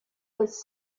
was